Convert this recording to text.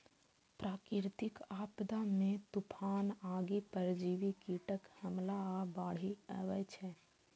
प्राकृतिक आपदा मे तूफान, आगि, परजीवी कीटक हमला आ बाढ़ि अबै छै